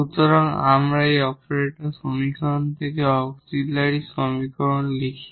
সুতরাং আমরা এই অপারেটর সমীকরণ থেকে অক্সিলিয়ারি সমীকরণ লিখি